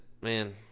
man